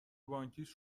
بانکیش